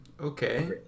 okay